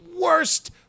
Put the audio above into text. worst